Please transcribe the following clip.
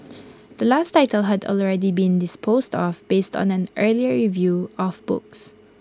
the last title had already been disposed off based on an earlier review of books